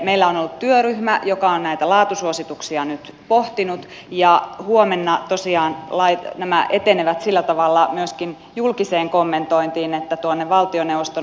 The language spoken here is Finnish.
meillä on ollut työryhmä joka on näitä laatusuosituksia nyt pohtinut ja huomenna tosiaan nämä etenevät sillä tavalla myöskin julkiseen kommentointiin että tuonne valtioneuvoston otakantaa